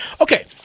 Okay